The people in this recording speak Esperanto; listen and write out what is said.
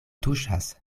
tuŝas